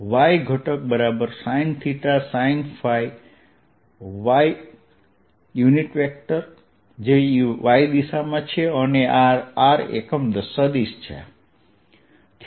y ઘટક sinθ sinϕ y જે y દિશામાં છેઅને આ r એકમ સદિશ છે